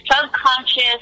subconscious